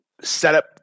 setup